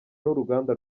n’uruganda